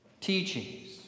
teachings